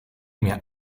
mir